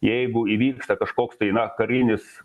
jeigu įvyksta kažkoks tai na karinis